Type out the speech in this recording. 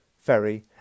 ferry